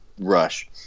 Rush